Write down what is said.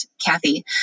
Kathy